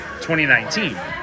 2019